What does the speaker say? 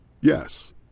Yes